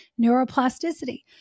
neuroplasticity